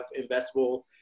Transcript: investable